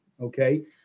okay